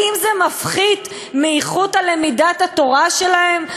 האם זה מפחית מאיכות למידת התורה שלהם?